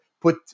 put